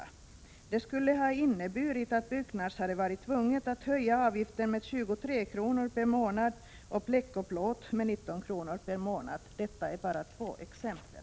Han skriver: ”Det skulle ha inneburit att Byggnads hade varit tvunget att höja avgiften med 23 kronor per månad och Bleckoch Plåt med 19 kronor per månad.” Detta är bara två exempel.